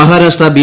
Maharashtra B